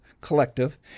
Collective